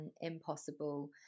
impossible